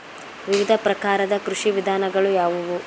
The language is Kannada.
ವಿವಿಧ ಪ್ರಕಾರದ ಕೃಷಿ ವಿಧಾನಗಳು ಯಾವುವು?